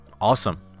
Awesome